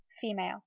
Female